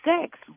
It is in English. sex